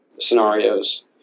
scenarios